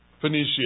Phoenicia